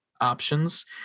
options